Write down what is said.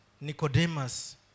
Nicodemus